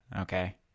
Okay